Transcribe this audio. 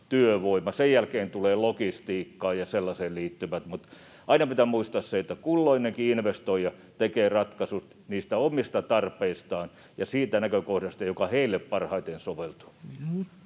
työvoima, sen jälkeen tulevat logistiikkaan ja sellaiseen liittyvät. Mutta aina pitää muistaa se, että kulloinenkin investoija tekee ratkaisut niistä omista tarpeistaan ja siitä näkökohdasta, joka sille parhaiten soveltuu.